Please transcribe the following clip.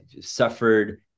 suffered